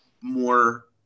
more